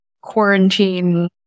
quarantine